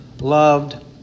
loved